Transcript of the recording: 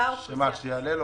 הסכום יעלה?